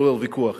לעורר ויכוח,